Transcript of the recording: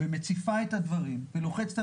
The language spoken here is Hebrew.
ומציפה את הדברים ולוחצת,